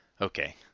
Okay